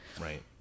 Right